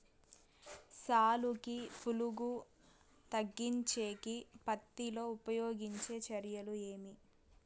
సాలుకి పులుగు తగ్గించేకి పత్తి లో ఉపయోగించే చర్యలు ఏమి?